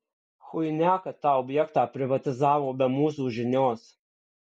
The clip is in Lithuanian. chuinia kad tą objektą privatizavo be mūsų žinios